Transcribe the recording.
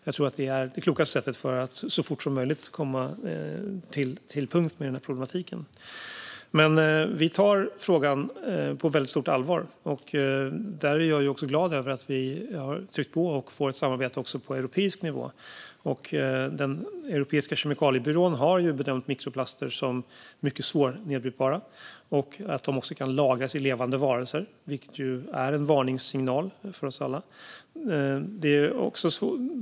Jag tror att det är det klokaste sättet att så fort som möjligt sätta punkt för denna problematik. Vi tar frågan på stort allvar, och jag är glad över att vi har tryckt på och fått till ett samarbete också på europeisk nivå. Den europeiska kemikaliebyrån har bedömt att mikroplaster är mycket svårnedbrytbara och kan lagras i levande varelser, vilket är en varningssignal för oss alla.